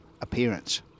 appearance